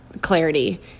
clarity